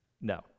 No